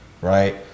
right